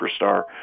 superstar